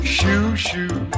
Shoo-shoo